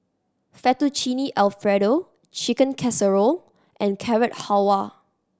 Fettuccine Alfredo Chicken Casserole and Carrot Halwa